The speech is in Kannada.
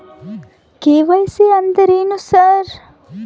ಕೆ.ವೈ.ಸಿ ಅಂದ್ರೇನು ಸರ್?